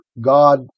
God